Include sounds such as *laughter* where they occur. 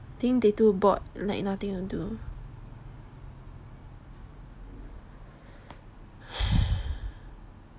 think they too bored like nothing to do *breath*